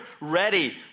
ready